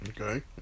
Okay